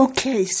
Okay